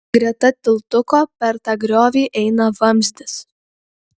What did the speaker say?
greta tiltuko per tą griovį eina vamzdis